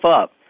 up